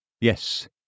Yes